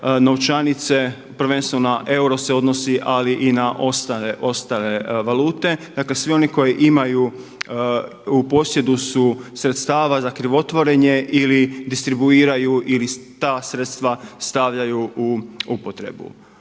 novčanice, prvenstveno na euro se odnosi ali i na ostale valute. Dakle, svi oni koji imaju, u posjedu su sredstava za krivotvorenje ili distribuiraju ili ta sredstva stavljaju upotrebu.